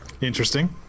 Interesting